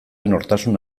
nortasun